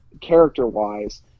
character-wise